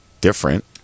different